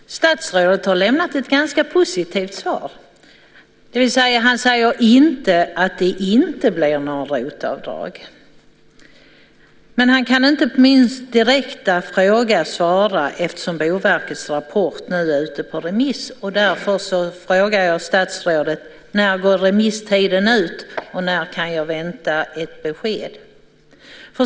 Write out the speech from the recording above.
Herr talman! Statsrådet har lämnat ett ganska positivt svar, det vill säga han säger inte att det inte blir några ROT-avdrag. Men han kan inte svara på min direkta fråga eftersom Boverkets rapport nu är ute på remiss. Därför frågar jag statsrådet: När går remisstiden ut och när kan jag vänta ett besked?